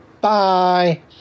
Bye